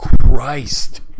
Christ